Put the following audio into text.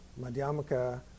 Madhyamaka